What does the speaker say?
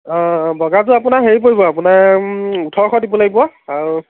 অঁ অঁ অঁ বগাযোৰ আপোনাৰ হেৰি পৰিব আপোনাৰ ওঠৰশ দিব লাগিব আৰু